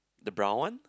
the brown one